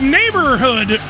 neighborhood